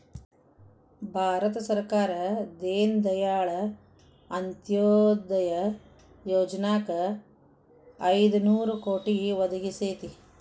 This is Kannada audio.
ಭಾರತ ಸರ್ಕಾರ ದೇನ ದಯಾಳ್ ಅಂತ್ಯೊದಯ ಯೊಜನಾಕ್ ಐದು ನೋರು ಕೋಟಿ ಒದಗಿಸೇತಿ